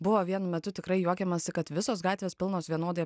buvo vienu metu tikrai juokiamasi kad visos gatvės pilnos vienodai